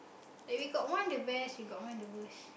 when we got one the best one the worst